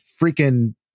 freaking